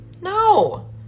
No